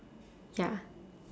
ya